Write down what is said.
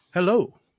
Hello